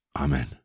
Amen